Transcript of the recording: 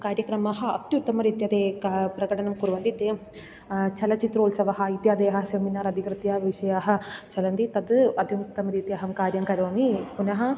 कार्यक्रमाः अत्युत्तमरीत्या ते क प्रकटनं कुर्वन्ति ते चलच्चित्रोत्सवः इत्यादयः सेमिनार् अधिकृत्य विषयाः चलन्ति तद् अत्युत्तमरीत्या अहं कार्यं करोमि पुनः